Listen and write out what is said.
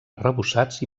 arrebossats